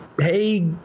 Hey